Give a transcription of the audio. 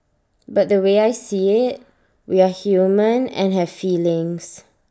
but the way I see IT we are human and have feelings